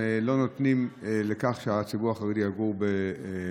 הם לא נותנים שהציבור החרדי יגור באזורים,